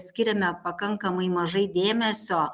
skiriame pakankamai mažai dėmesio